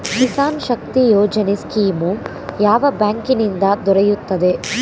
Kisan Shakti Yojana scheme ಯಾವ ಬ್ಯಾಂಕಿನಿಂದ ದೊರೆಯುತ್ತದೆ?